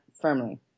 firmly